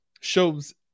shows